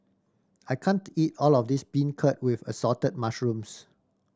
I can't eat all of this beancurd with Assorted Mushrooms